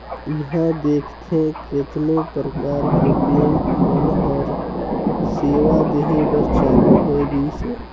इहां देखथे केतनो परकार के बेंक मन हर सेवा देहे बर चालु होय गइसे